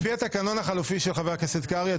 לפי התקנון החלופי של חבר הכנסת קרעי,